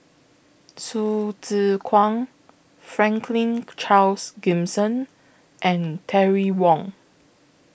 Hsu Tse Kwang Franklin Charles Gimson and Terry Wong